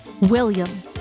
William